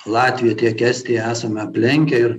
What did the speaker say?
latviją tiek estiją esame aplenkę ir